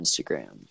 Instagram